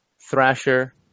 Thrasher